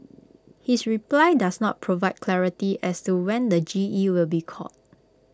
his reply does not provide clarity as to when the G E will be called